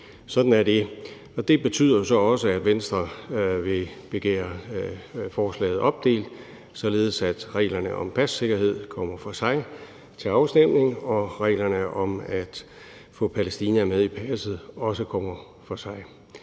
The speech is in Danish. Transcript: Sådan er det. Det betyder jo så også, at Venstre vil begære forslaget opdelt, således at reglerne om passikkerhed kommer til afstemning for sig og reglerne om at få Palæstina anført i passet også kommer for sig.